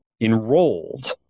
enrolled